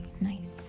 nice